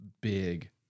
big